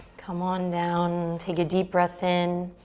come on down, take a deep breath in.